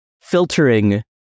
filtering